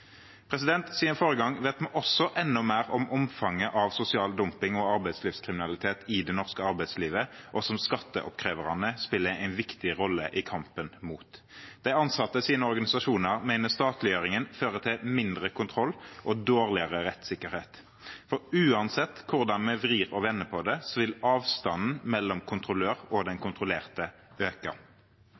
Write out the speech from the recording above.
Siden forrige gang vet vi også enda mer om omfanget av sosial dumping og arbeidslivskriminalitet i det norske arbeidslivet, som skatteoppkreverne spiller en viktig rolle i kampen mot. De ansattes organisasjoner mener statliggjøringen fører til mindre kontroll og dårligere rettssikkerhet, for uansett hvordan vi vrir og vender på det, vil avstanden mellom kontrollør og den kontrollerte øke.